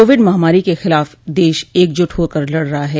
Covid महामारी के ख़िलाफ़ देश एकजुट होकर लड़ रहा है